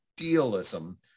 idealism